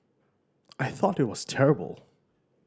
I thought it was terrible